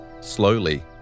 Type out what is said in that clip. Slowly